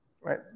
right